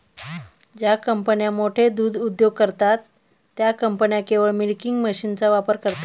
ज्या कंपन्या मोठे दूध उद्योग करतात, त्या कंपन्या केवळ मिल्किंग मशीनचा वापर करतात